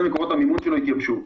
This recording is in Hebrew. מקורות המימון שלו התייבשו.